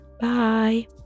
bye